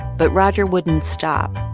but roger wouldn't stop.